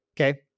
Okay